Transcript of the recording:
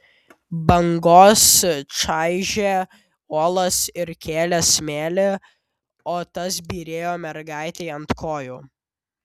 bangos čaižė uolas ir kėlė smėlį o tas byrėjo mergaitei ant kojų